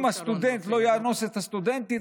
אם הסטודנט לא יאנוס את הסטודנטית,